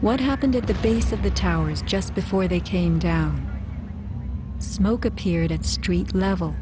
what happened at the base of the towers just before they came down smoke appeared at street level